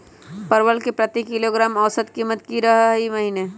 परवल के प्रति किलोग्राम औसत कीमत की रहलई र ई महीने?